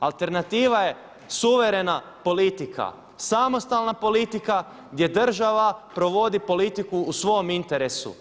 Alternativa je suverena politika, samostalna politika gdje država provodi politiku u svom interesu.